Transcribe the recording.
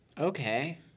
Okay